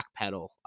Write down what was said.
backpedal